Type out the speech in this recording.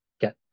get